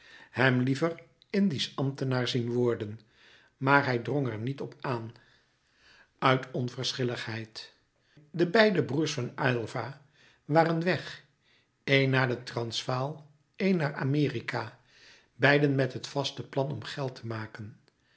hem liever indisch ambtenaar zien worden maar hij drong er niet op aan uit onverschilligheid de beide broêrs van aylva waren weg een naar den transvaal een naar amerika beiden met het vaste plan om geld te maken